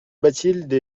bathilde